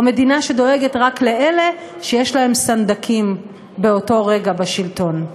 או מדינה שדואגת רק לאלה שיש להם סנדקים באותו רגע בשלטון.